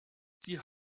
sie